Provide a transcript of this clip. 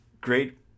great